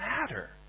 matter